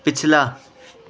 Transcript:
پچھلا